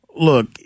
Look